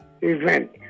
event